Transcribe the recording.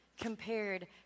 compared